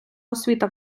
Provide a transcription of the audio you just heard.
освіта